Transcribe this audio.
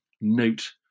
note